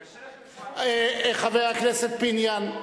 קשה לכם לשמוע את, חבר הכנסת פיניאן,